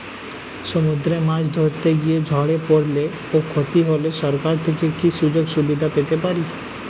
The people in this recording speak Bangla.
সমুদ্রে মাছ ধরতে গিয়ে ঝড়ে পরলে ও ক্ষতি হলে সরকার থেকে কি সুযোগ সুবিধা পেতে পারি?